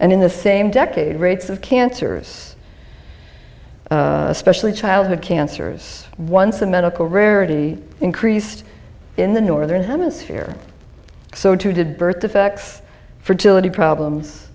and in the same decade rates of cancers especially childhood cancers once the medical rarity increased in the northern hemisphere so too did birth defects fertility problems